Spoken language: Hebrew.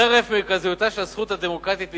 "חרף מרכזיותה של הזכות הדמוקרטית לייצוג,